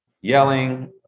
yelling